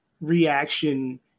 reaction